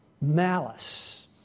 Malice